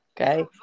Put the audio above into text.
Okay